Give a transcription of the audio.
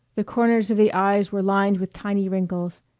the corners of the eyes were lined with tiny wrinkles.